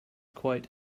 quite